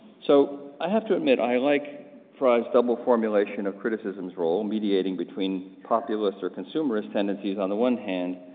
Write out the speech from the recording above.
so i have to admit i like frye's double formulation of criticism's role, mediating between populist or consumerist tendencies on the one hand,